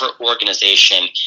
organization